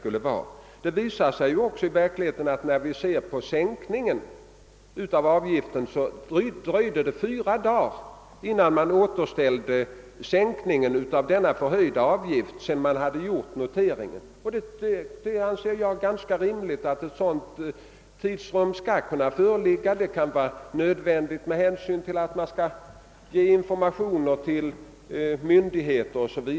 I verkligheten dröjde det ju också fyra dagar innan sänkningen av den förhöjda avgiften återställdes, från det man hade gjort noteringen, och ett sådant tidsrum anser jag ganska rimligt; det kan vara nödvändigt med hänsyn till att man skall informera myndigheter 0. s. v.